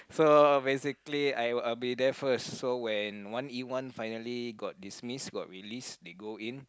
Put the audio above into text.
so basically I will I'll be there first so when one E one finally got dismissed got released they go in